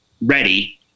ready